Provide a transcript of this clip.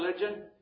religion